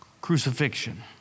crucifixion